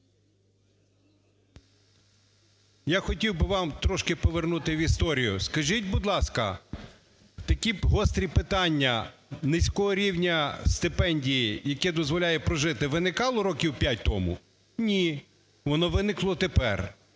Я хотів би вас трошки повернути в історію. Скажіть, будь ласка, такі гострі питання: низького рівня стипендії, яке дозволяє прожити, - виникало років п'ять тому? Ні. Воно виникло тепер.